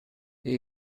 the